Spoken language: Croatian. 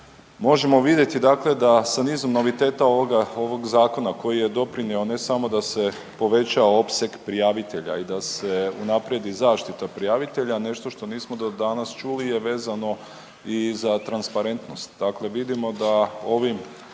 možemo vidjeti, dakle da sa nizom noviteta ovog zakona koji je doprinio ne samo da se poveća opseg prijavitelja i da se unaprijedi zaštita prijavitelja nešto što nismo do danas čuli je vezano i za transparentnost.